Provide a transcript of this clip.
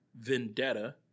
Vendetta